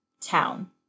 town